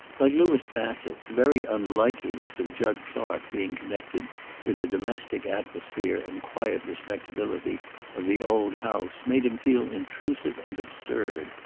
like louis bassett, the very unlikeliness of jud clark being connected with the domestic atmosphere and quiet respectability of the old house made him feel intrusive and absurd.